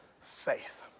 faith